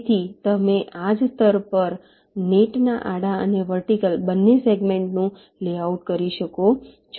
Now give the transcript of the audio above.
તેથી તમે આ જ સ્તર પર નેટના આડા અને વર્ટિકલ બંને સેગમેન્ટ્સનું લેઆઉટ કરી શકો છો